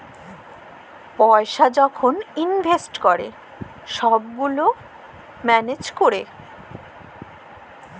পইসা যখল ইলভেস্ট ক্যরে ছব গুলা ম্যালেজ ক্যরে